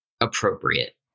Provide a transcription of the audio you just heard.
appropriate